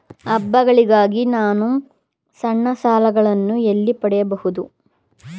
ಹಬ್ಬಗಳಿಗಾಗಿ ನಾನು ಸಣ್ಣ ಸಾಲಗಳನ್ನು ಎಲ್ಲಿ ಪಡೆಯಬಹುದು?